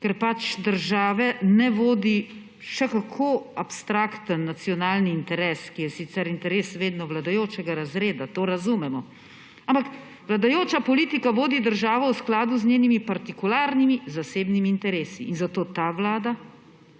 ker pač države ne vodi še kako abstrakten nacionalni interes, ki je sicer vedno interes vladajočega razreda, to razumemo, ampak vladajoča politika vodi državo v skladu s svojimi partikularnimi zasebnimi interesi, in zato ta vlada tako